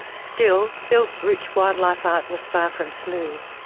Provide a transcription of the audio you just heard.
still, bill's route to wildlife art was far from smooth.